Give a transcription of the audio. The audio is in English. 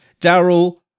Daryl